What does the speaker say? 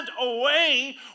away